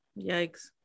Yikes